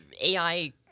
AI